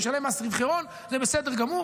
הוא ישלם מס רווחי הון, זה בסדר גמור.